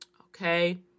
Okay